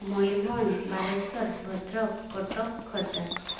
Mayurbhanj Balasore Bhadrak Cuttack Khordha